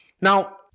Now